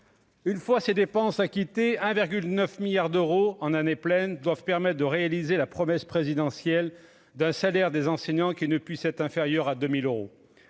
une fois ces dépenses 1 virgule 9 milliards d'euros en année pleine doivent permettent de réaliser la promesse présidentielle d'un salaire des enseignants qui ne puisse être inférieure à 2000 euros